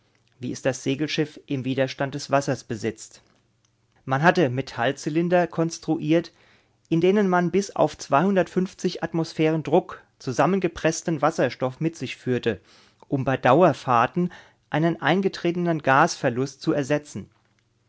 wie es das segelschiff im widerstand des wassers besitzt man hatte metallzylinder konstruiert in denen man bis auf atmosphäre druck zusammengepreßten wasserstoff mit sich führte um bei dauerfahrten einen eingetretenen gasverlust zu ersetzen